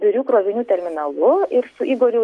birių krovinių terminalu ir su igoriu